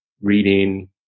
reading